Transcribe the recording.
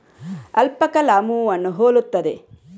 alpaca ಲಾಮೂವನ್ನು ಹೋಲುತ್ತದೆ